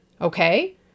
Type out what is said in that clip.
Okay